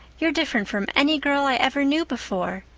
you're different from any girl i ever knew before.